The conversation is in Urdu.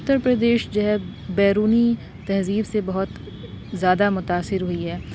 اتر پردیش جو ہے بیرونی تہذیب سے بہت زیادہ متاثر ہوئی ہے